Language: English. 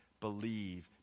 believe